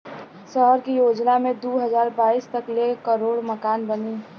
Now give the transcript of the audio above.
सहर के योजना मे दू हज़ार बाईस तक ले करोड़ मकान बनी